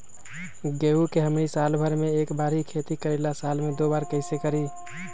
गेंहू के हमनी साल भर मे एक बार ही खेती करीला साल में दो बार कैसे करी?